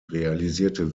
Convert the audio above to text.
realisierte